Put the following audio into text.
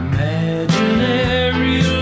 Imaginary